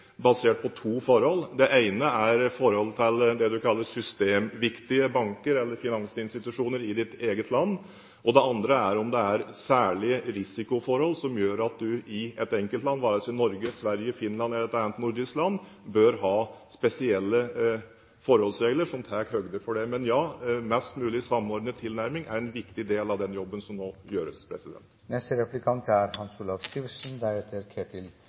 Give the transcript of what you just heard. basert på to forhold. Det ene er forholdet til det en kaller systemviktige banker eller finansinstitusjoner i eget land, og det andre er om det er særlige risikoforhold som gjør at en i et enkeltland, det være seg Norge, Sverige, Finland eller et annet nordisk land, bør ha spesielle forholdsregler som tar høyde for det. Men ja, en mest mulig samordnet tilnærming er en viktig del av den jobben som nå gjøres.